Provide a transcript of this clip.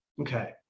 Okay